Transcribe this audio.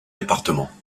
départements